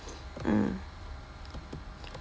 mm